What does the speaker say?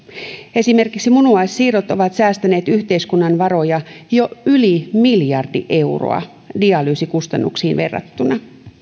esimerkiksi munuaissiirrot ovat säästäneet yhteiskunnan varoja jo yli miljardi euroa dialyysikustannuksiin verrattuna